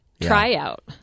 tryout